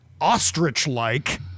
ostrich-like